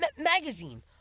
magazine